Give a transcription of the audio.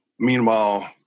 Meanwhile